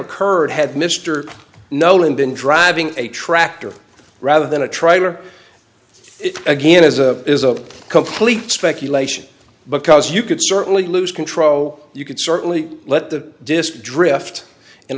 occurred had mr nolan been driving a tractor rather than a traitor it again is a is a complete speculation because you could certainly lose control you could certainly let the disk drift in